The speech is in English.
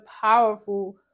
powerful